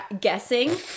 guessing